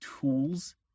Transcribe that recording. tools